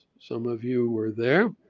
some of you were there.